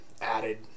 added